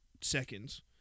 seconds